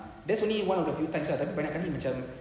there's only one in a few times ah tapi banyak kali macam